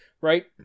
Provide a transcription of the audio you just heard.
right